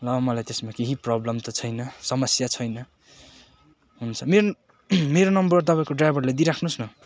ल मलाई त्यसमा केही प्रोब्लम त छैन समस्या छैन हुन्छ मेरो मेरो नम्बर तपाईँको ड्राइभरलाई दिइराख्नुहोस् न